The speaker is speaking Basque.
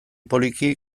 poliki